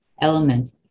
element